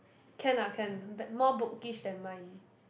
can ah can back more bookish than mine